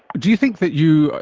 do you think that you,